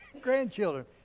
grandchildren